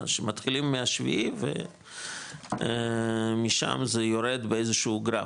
שמתחילים מהשביעי ומשם זה יורד באיזשהו גרף,